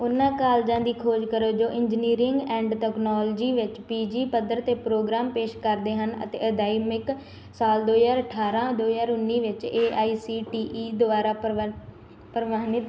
ਉਹਨਾਂ ਕਾਲਜਾਂ ਦੀ ਖੋਜ ਕਰੋ ਜੋ ਇੰਜੀਨੀਅਰਿੰਗ ਐਂਡ ਤਕਨਾਲੋਜੀ ਵਿੱਚ ਪੀ ਜੀ ਪੱਧਰ ਦੇ ਪ੍ਰੋਗਰਾਮ ਪੇਸ਼ ਕਰਦੇ ਹਨ ਅਤੇ ਅਦਾਇਮਿਕ ਸਾਲ ਦੋ ਹਜ਼ਾਰ ਅਠਾਰਾਂ ਦੋ ਹਜ਼ਾਰ ਉੱਨੀ ਵਿੱਚ A I C T E ਦੁਆਰਾ ਪ੍ਰਵ ਪ੍ਰਵਾਨਿਤ